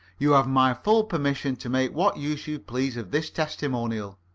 you have my full permission to make what use you please of this testimonial,